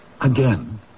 Again